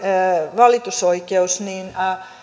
valitusoikeus